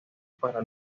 para